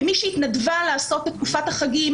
כמי שהתנדבה לעסוק בתקופת החגים